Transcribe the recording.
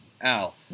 al